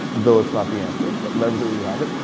though it's not the answer, but leverage it where you have it.